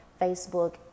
Facebook